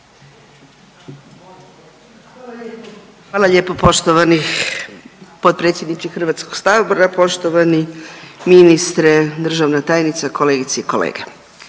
Hvala lijepo poštovani potpredsjedniče HS-a, poštovani ministre, državna tajnica, kolegice i kolege.